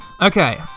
Okay